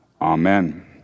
Amen